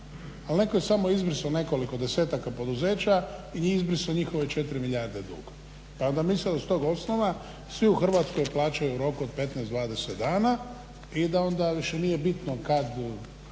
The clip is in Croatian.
ali netko je samo izbrisao nekoliko desetaka poduzeća i izbrisao njihove 4 milijarde duga. Pa mi sad iz tog osnova, svi u Hrvatskoj plaćaju rok od 15, 20 dana i da onda više nije bitno kad